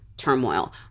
turmoil